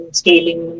scaling